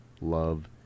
love